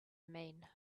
mean